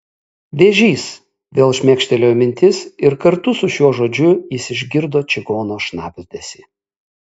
vėžys vėl šmėkštelėjo mintis ir kartu su šiuo žodžiu jis išgirdo čigono šnabždesį